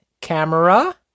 camera